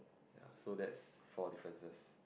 ya so that's four differences